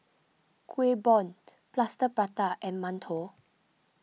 Kueh Bom Plaster Prata and Mantou